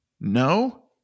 no